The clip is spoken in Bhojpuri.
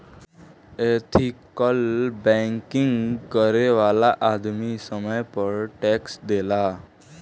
एथिकल बैंकिंग करे वाला आदमी समय पर टैक्स देला